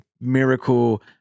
miracle